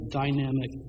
dynamic